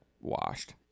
washed